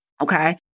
Okay